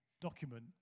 document